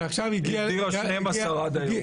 היא הגדירה עד היום 12 אנשים.